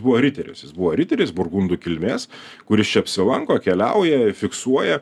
buvo riteris jis buvo riteris burgundų kilmės kuris čia apsilanko keliauja fiksuoja